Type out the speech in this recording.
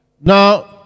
Now